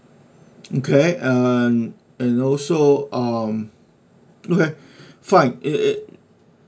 okay and and also uh okay fine it it